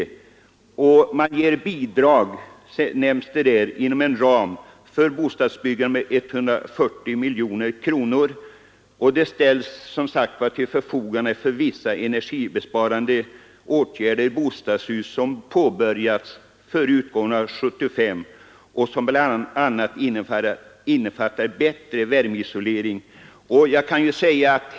Där föreslås att lån och bidrag skall ställas till förfogande inom en ram av 140 miljoner kronor för vissa energibesparande åtgärder i bostadshus, som påbörjas före utgången av 1975 och som bl.a. innefattar bättre värmeisolering.